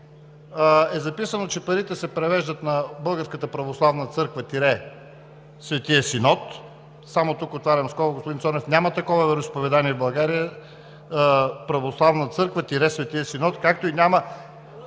е записано, че парите се превеждат на Българската православна църква – Светия Синод, тук отварям скоба, господин Цонев, няма такова вероизповедание в България – Православна църква – Светия Синод, както няма…